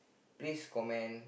please comment